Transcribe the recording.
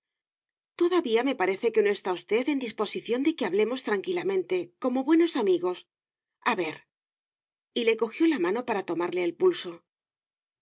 todavía me parece que no está usted en disposición de que hablemos tranquilamente como buenos amigos a ver y le cojió la mano para tomarle el pulso